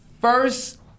first